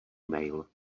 email